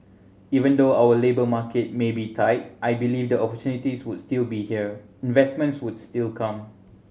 even though our labour market may be tight I believe the opportunities would still be here investments would still come